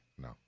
No